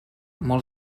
molt